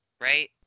right